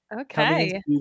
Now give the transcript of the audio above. Okay